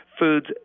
foods